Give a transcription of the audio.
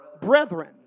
brethren